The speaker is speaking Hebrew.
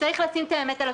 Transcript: צריך לשים את האמת על השולחן,